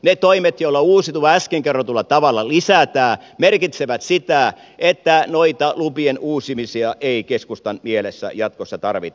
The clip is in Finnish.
ne toimet joilla uusiutuvaa äsken kerrotulla tavalla lisätään merkitsevät sitä että noita lupien uusimisia ei keskustan mielestä jatkossa tarvita